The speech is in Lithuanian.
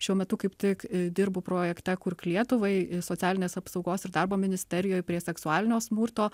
šiuo metu kaip tik dirbu projekte kurk lietuvai socialinės apsaugos ir darbo ministerijoj prie seksualinio smurto